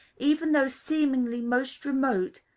even those seemingly most remote,